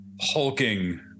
hulking